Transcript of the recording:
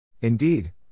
Indeed